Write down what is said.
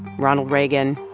ronald reagan,